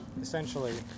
essentially